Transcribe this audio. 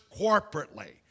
corporately